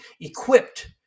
equipped